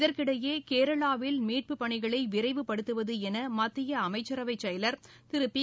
இதற்கிடையே கேரளாவில் மீட்புப் பணிகளை விரைவுப்படுத்துவது என மத்திய அமைச்சரவை செயல் திரு பி